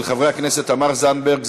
של חברי הכנסת תמר זנדברג,